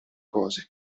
cose